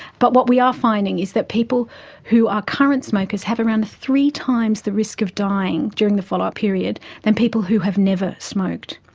but what we are finding is that people who are current smokers have around three times the risk of dying during the follow-up period than people who have never smoked.